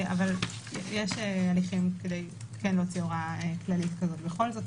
יש הליכים כדי כן להוציא הוראה כללית כזאת בכל זאת,